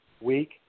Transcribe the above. week